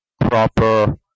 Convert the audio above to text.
proper